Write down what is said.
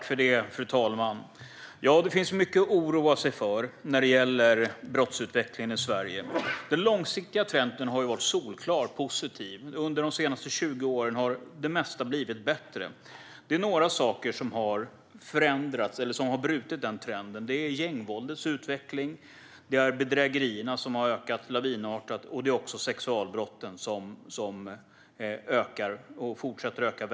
Fru talman! Det finns mycket att oroa sig för när det gäller brottsutvecklingen i Sverige. Den långsiktiga trenden har varit solklart positiv. Under de senaste 20 åren har det mesta blivit bättre. Det är några saker som har brutit den trenden. Det är gängvåldets utveckling, det är bedrägerierna, som har ökat lavinartat, och det är sexualbrotten, som har ökat och fortsätter att öka.